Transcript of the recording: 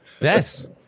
yes